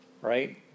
right